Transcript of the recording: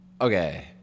Okay